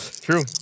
True